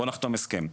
בוא נחתום הסכם.